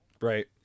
right